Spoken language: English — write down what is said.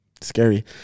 Scary